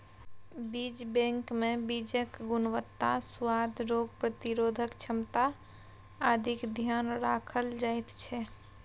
बीज बैंकमे बीजक गुणवत्ता, सुआद, रोग प्रतिरोधक क्षमता आदिक ध्यान राखल जाइत छै